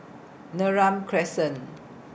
Neram Crescent